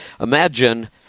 Imagine